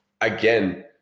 again